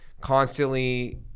constantly